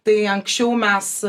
tai anksčiau mes